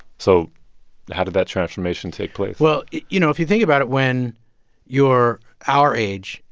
so how did that transformation take place? well, you know, if you think about it when you're our age,